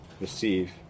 receive